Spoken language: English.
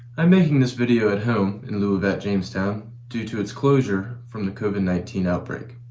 i'm making this video at home in lieu of at jamestown due to its closure from the covid nineteen outbreak.